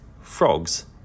frogs